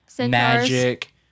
magic